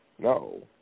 No